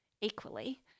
equally